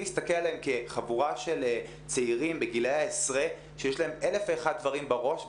להסתכל עליהם כחבורה של צעירים בגילאי העשרה שיש להם אלף ואחת דברים בראש,